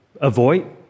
avoid